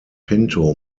pinto